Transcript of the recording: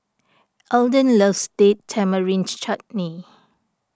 Elden loves Date Tamarind Chutney